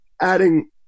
adding